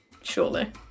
Surely